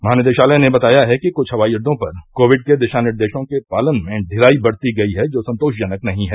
महानिदेशालय ने बताया है कि कुछ हवाई अड्डो पर कोविड के दिशा निर्देशों के पालन में ढिलाई बरती गई है जो संतोषजनक नहीं है